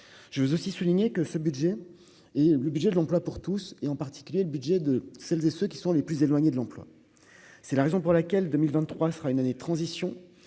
je veux aussi souligner que ce budget et le budget de l'emploi pour tous et en particulier le budget de celles et ceux qui sont les plus éloignés de l'emploi, c'est la raison pour laquelle 2023 sera une année de transition